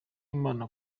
imana